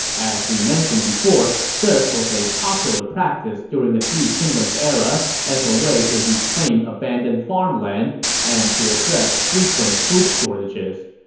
as we mentioned before, this was a popular practice during the three kingdoms era as a way to reclaim abandoned farmland and to address frequent food shortages.